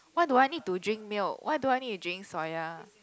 why do I need to drink milk why do I need to drink soya